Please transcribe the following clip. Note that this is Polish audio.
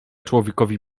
człowiekowi